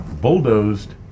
bulldozed